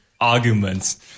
arguments